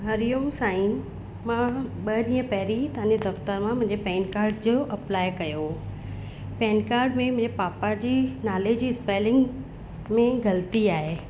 हरिओम साईं मां ॿ ॾींहं पहिरीं तव्हां जी दफ़्तर मां मुंहिंजे पैन कार्ड जो अप्लाए कयो पैन कार्ड में मुंहिंजे पप्पा जी नाले जी स्पैलिंग में ग़लती आहे